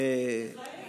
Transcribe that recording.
את הייעוץ המשפטי, זה חריג.